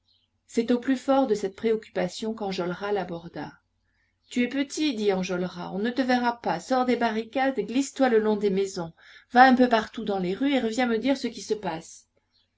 c'est au plus fort de cette préoccupation qu'enjolras l'aborda tu es petit dit enjolras on ne te verra pas sors des barricades glisse toi le long des maisons va un peu partout par les rues et reviens me dire ce qui se passe